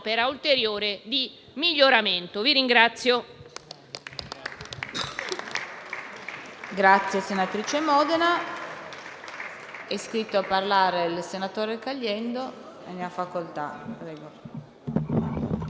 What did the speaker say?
un'opera ulteriore di miglioramento.